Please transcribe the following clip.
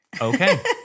okay